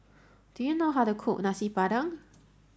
do you know how to cook Nasi Padang